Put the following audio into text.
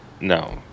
No